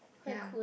ya